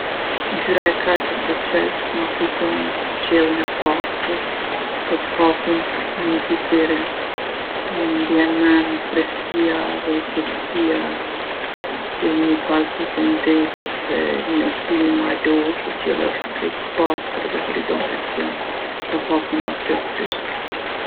Ngjyra e kaltërt e qeltë ma kujton qiellin e pastër e t'hapun në nji ditë vere. M'bjen n'men freskia edhe qetsia e nji pasdite n'det ose e nji udhtimi malor ku qielli osht krejt i pastër dhe horizontet janë të hapuna plotsisht.